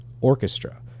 orchestra